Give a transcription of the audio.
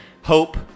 hope